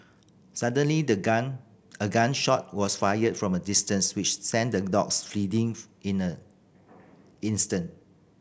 suddenly the gun a gun shot was fired from a distance which sent the dogs fleeing in an instant